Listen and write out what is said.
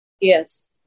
yes